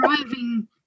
driving